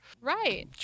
Right